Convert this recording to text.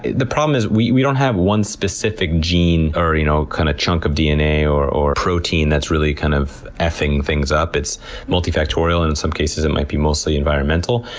the problem is, we we don't have one specific gene, or you know kind of chunk of dna, or or protein that's really kind of effing things up. it's multi-factorial, and in some cases it and might be mostly environmental.